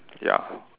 ya